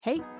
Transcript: Hey